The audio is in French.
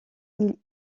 ils